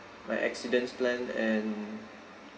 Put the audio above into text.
my accidents plan and